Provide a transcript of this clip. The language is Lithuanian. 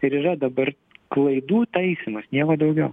ir yra dabar klaidų taisymas nieko daugiau